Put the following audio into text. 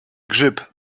grzyb